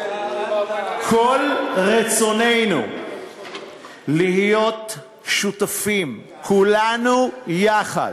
איזה אחים אתם, כל רצוננו להיות שותפים כולנו יחד.